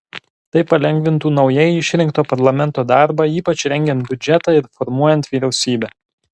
tai palengvintų naujai išrinkto parlamento darbą ypač rengiant biudžetą ir formuojant vyriausybę